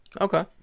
Okay